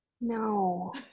No